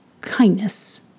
Kindness